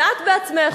ואת בעצמך,